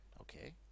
Okay